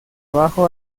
abajo